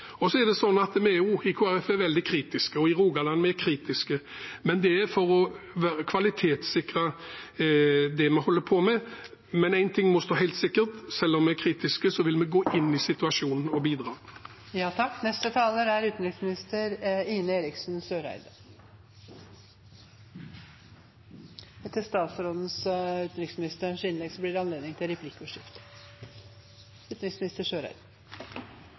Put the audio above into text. Så er det sånn at vi i Kristelig Folkeparti også er veldig kritiske, og i Rogaland er vi kritiske, men det er for å kvalitetssikre det vi holder på med. Men en ting må være helt sikkert: Selv om vi er kritiske, vil vi gå inn i situasjonen for å bidra